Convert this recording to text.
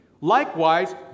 likewise